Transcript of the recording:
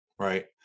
Right